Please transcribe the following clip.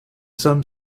some